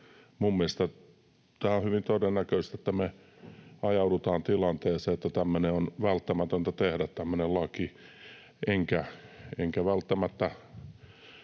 Minun mielestäni on hyvin todennäköistä, että me ajaudutaan tilanteeseen, että on välttämätöntä tehdä tämmöinen laki. Enkä välttämättä